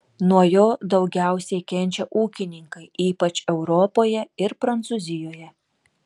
nuo jo daugiausiai kenčia ūkininkai ypač europoje ir prancūzijoje